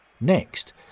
Next